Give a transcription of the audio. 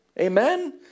Amen